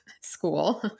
school